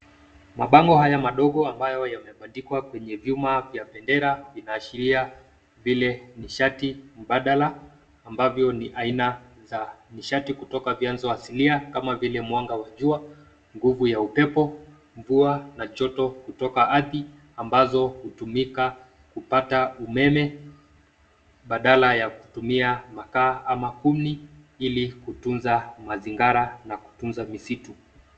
Mabango haya madogo ambayo yamebandikwa kwenye vyuma vya bendera vinaashiria vile nishati mbadala ambavyo ni aina ya nishati kutoka vianzo asilia kama vile mwanga wa jua, nguvu ya upepo mvua na joto kutoka ardhi ambazo hutumika kupata umeme badala ya kutumia makaa ama kuni ili kutunza mazingira na kutunza misitu.